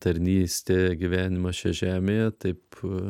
tarnystė gyvenimas čia žemėje taip